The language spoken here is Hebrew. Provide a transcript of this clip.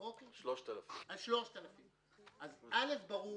3,000. אז אל"ף, ברור